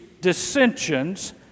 dissensions